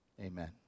amen